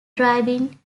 driving